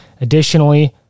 additionally